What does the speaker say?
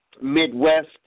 Midwest